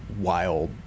wild